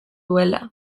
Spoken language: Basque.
duela